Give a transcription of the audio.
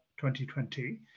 2020